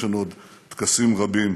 יש לנו עוד טקסים רבים,